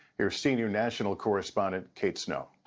here's senior national correspondent kate snow